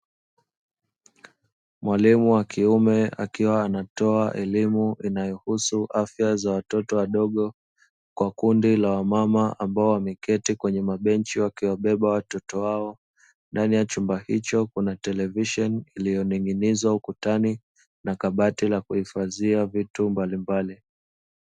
Mwalimu wa kiume akiwa anatoa elimu inayohusu afya za watoto wadogo kwa kundi la wamama ambao wameketi kwenye mabenchi wakiwabeba watoto wao. Ndani ya chumba hicho, kuna televisheni iliyoning'inizwa ukutani na kabati la kuhifadhia vitu mbalimbali.